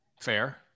Fair